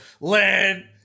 land